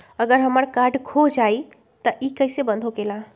अगर हमर कार्ड खो जाई त इ कईसे बंद होकेला?